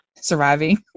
surviving